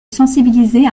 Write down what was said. sensibiliser